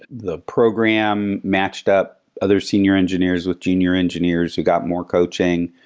the program matched up other senior engineers with junior engineers who got more coaching.